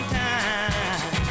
time